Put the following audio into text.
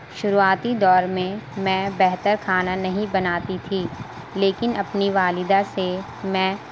شروعاتی دور میں میں بہتر کھانا نہیں بناتی تھی لیکن اپنی والدہ سے میں